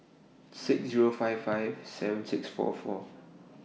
six Zero five five seven six four four